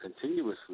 Continuously